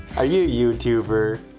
are you youtuber?